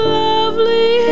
lovely